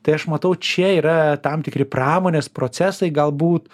tai aš matau čia yra tam tikri pramonės procesai galbūt